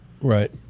Right